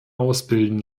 ausbilden